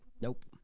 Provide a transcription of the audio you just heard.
Nope